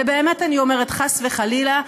ובאמת אני אומרת חס וחלילה,